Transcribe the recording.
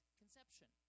conception